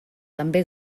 també